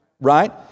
Right